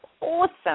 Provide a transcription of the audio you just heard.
awesome